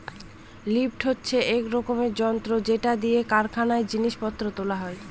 lifter হচ্ছে এক রকমের যন্ত্র যেটা দিয়ে কারখানায় জিনিস পত্র তোলা হয়